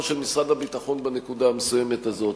של משרד הביטחון בנקודה המסוימת הזאת,